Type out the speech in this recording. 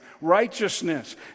righteousness